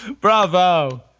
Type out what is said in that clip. Bravo